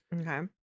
Okay